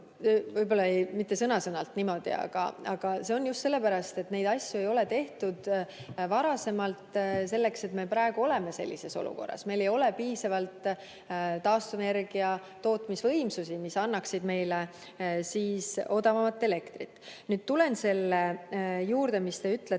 Võib-olla mitte sõna-sõnalt niimoodi, aga just sellepärast, et neid asju ei ole varasemalt tehtud, me praegu sellises olukorras oleme. Meil ei ole piisavalt taastuvenergia tootmisvõimsusi, mis annaksid meile odavamat elektrit. Nüüd tulen selle juurde, mida te ütlesite: